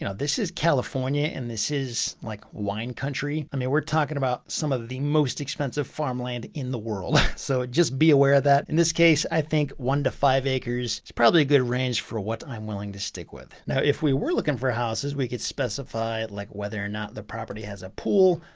you know this is california and this is like wine country. i mean we're talking about some of the most expensive farmland in the world. so just be aware of that. in this case i think one to five acres, it's probably a good range for what i'm willing to stick with. now if we were looking for houses, we could specify like whether or not the property has a pool.